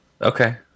Okay